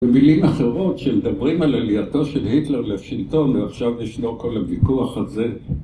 במילים אחרות שהם מדברים על עלייתו של היטלר לשלטון ועכשיו ישנו כל הוויכוח הזה.